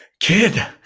kid